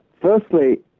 firstly